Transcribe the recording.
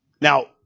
Now